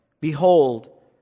Behold